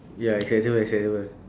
ya okay this one is acceptable